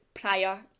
prior